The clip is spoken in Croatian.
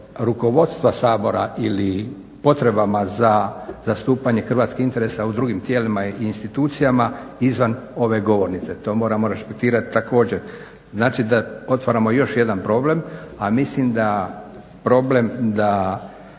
rukovodstva Sabora ili potrebama za zastupanje hrvatskih interesa u drugim tijelima i institucijama izvan ove govornice. To moramo respektirati također. Znači da otvaramo još jedan problem, a mislim da građani,